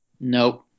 Nope